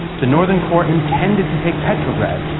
the northern corps intended to take petrograd,